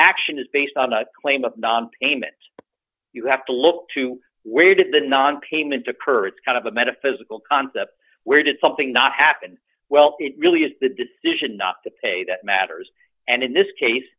action is based on a claim of payment you have to look to where did the nonpayment occur it's kind of a metaphysical concept where did something not happen well it really is the decision not to pay that matters and in this case